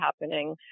happening